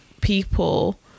people